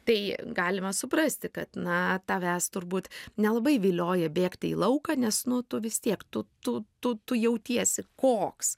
tai galima suprasti kad na tavęs turbūt nelabai vilioja bėgti į lauką nes nu tu vis tiek tu tu tu tu jautiesi koks